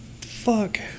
Fuck